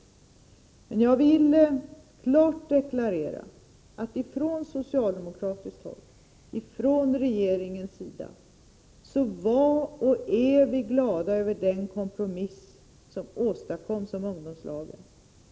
Jag vill klart deklarera: Från socialdemokratiskt håll, från regeringens sida, var och är vi glada över den kompromiss som åstadkoms om ungdomslagen.